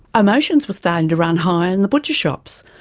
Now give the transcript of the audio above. emotions were starting to run high in the butcher shops,